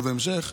ובהמשך,